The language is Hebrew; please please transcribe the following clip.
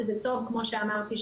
וזה טוב כמו שאמרתי,